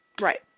right